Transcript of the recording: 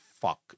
fuck